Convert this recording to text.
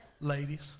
ladies